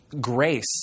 grace